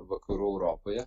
vakarų europoje